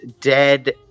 Dead